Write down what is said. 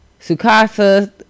Sukasa